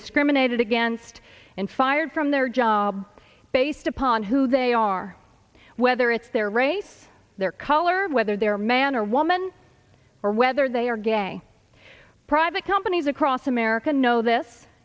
discriminated against and fired from their job based upon who they are whether it's their race their color or whether they are man or woman or whether they are gay or private companies across america know this